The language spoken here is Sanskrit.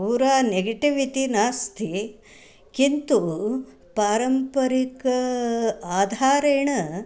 पुरा नेगेटिव् इति नास्ति किन्तु पारम्परिक आधारेण